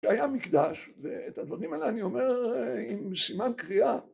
‫והיה מקדש, ואת הדברים האלה ‫אני אומר עם סימן קריאה.